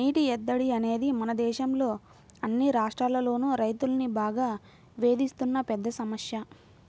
నీటి ఎద్దడి అనేది మన దేశంలో అన్ని రాష్ట్రాల్లోనూ రైతుల్ని బాగా వేధిస్తున్న పెద్ద సమస్య